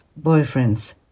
boyfriends